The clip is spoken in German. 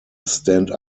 stand